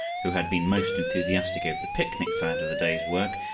who had been most enthusiastic over the picnic side of the day's work,